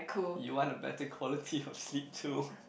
you want a better quality of sleep too